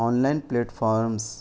on line platforms